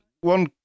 one